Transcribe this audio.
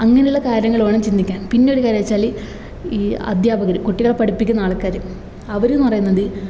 അങ്ങനെയുള്ള കാര്യങ്ങൾ വേണം ചിന്തിക്കാൻ പിന്നെയൊരു കാര്യം വെച്ചാല് ഈ അദ്ധ്യാപകര് കുട്ടികളെ പഠിപ്പിക്കുന്ന ആൾക്കാര് അവരെന്ന് പറയുന്നത്